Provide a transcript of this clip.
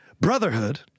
brotherhood